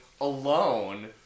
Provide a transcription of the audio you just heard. alone